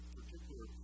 particular